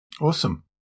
awesome